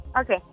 Okay